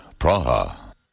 Praha